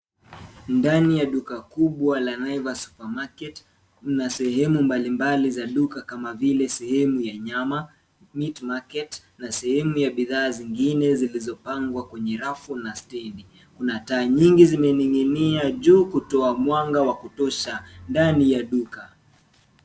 Ndani ya duka kubwa la Naivas Supermarket, kuna sehemu mbali mbali za duka , kama vile, sehemu ya nyama meat market , na sehemu ya bidhaa zingine zilizopangwa kwenye rafu na stendi. Kuna taa nyingi zimening'inia juu, kutoa mwanga wa kutosha, ndani ya duka.